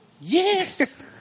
Yes